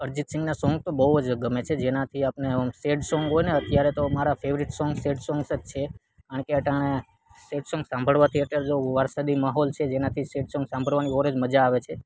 અરજીત સીંગના સોંગ તો બહુ જ ગમે છે જેનાથી આપને ઓમ સેડ સોંગ હોયને અત્યારે તો મારા ફેવરેટ સોંગ સેડ સોંગ્સ જ છે કારણ કે અટાણે સેડ સોંગ સાંભળવાથી અત્યારે જો વરસાદી માહોલ છે જેનાથી સેડ સોંગ સાંભળવાની ઓર જ મજા આવે છે